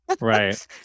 Right